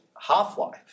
half-life